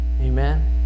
Amen